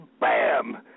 Bam